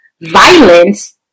violence